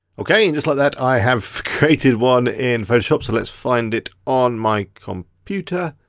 okay, and just like that, i have created one in photoshop. so let's find it on my computer.